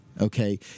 okay